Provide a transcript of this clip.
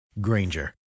Granger